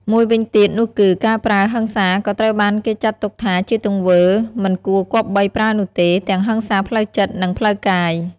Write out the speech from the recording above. មួយវិញទៀតនោះគឺ ការប្រើហិង្សាក៏ត្រូវបានគេចាត់ទុកជាទង្វើមិនគួរគប្បីប្រើនោះទេ ទាំងហិង្សាផ្លូវចិត្តនិងផ្លូវកាយ។